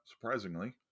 surprisingly